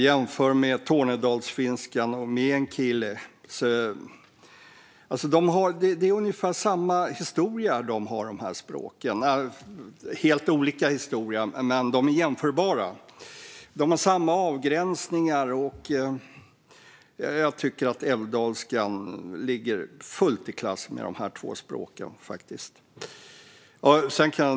Jämför med tornedalsfinskan och meänkieli! De har ungefär samma historia, de här språken - eller de har helt olika historia, men de är jämförbara. De har samma avgränsningar. Ja, jag tycker faktiskt att älvdalskan är fullt i klass med de två språken.